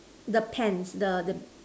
the pants the the